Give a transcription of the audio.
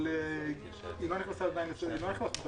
אבל היא לא נכנסה עדיין לסדר-היום.